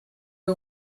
you